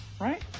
right